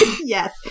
Yes